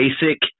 basic